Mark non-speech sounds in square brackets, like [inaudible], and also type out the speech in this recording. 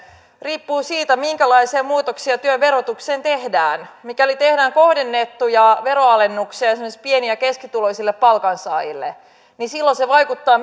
riippuu siitä minkälaisia muutoksia työn verotukseen tehdään mikäli tehdään kohdennettuja veronalennuksia esimerkiksi pieni ja keskituloisille palkansaajille niin silloin se vaikuttaa [unintelligible]